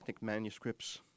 manuscripts